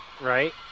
Right